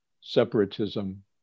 separatism